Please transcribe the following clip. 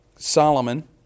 Solomon